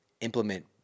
implement